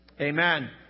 amen